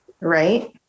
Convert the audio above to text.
Right